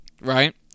right